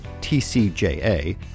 TCJA